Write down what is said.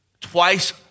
twice